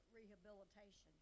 rehabilitation